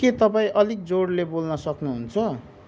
के तपाईँ अलिक जोडले बोल्न सक्नुहुन्छ